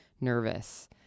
nervous